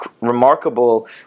remarkable